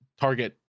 target